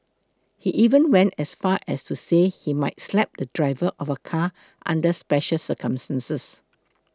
he even went as far as to say he might slap the driver of a car under special circumstances